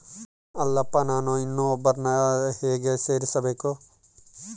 ಅಲ್ಲಪ್ಪ ನಾನು ಇನ್ನೂ ಒಬ್ಬರನ್ನ ಹೇಗೆ ಸೇರಿಸಬೇಕು?